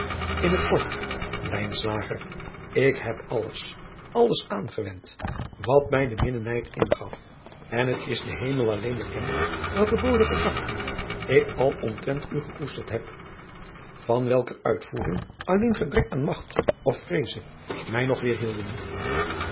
in het kort ik heb alles alles aangewend wat mij de minnenijd ingaf en het is den emel alleen bekend welke driaan oosjes zn et leven van aurits ijnslager booze gedachten ik al omtrent u gekoesterd heb van welker uitvoering alleen gebrek aan magt of vreeze mij nog weêrhielden